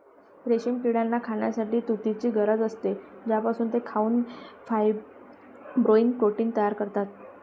रेशीम किड्यांना खाण्यासाठी तुतीची गरज असते, ज्यापासून ते खाऊन फायब्रोइन प्रोटीन तयार करतात